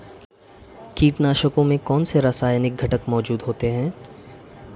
कीटनाशकों में कौनसे रासायनिक घटक मौजूद होते हैं?